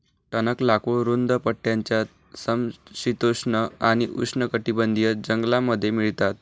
टणक लाकूड रुंद पट्ट्याच्या समशीतोष्ण आणि उष्णकटिबंधीय जंगलांमध्ये मिळतात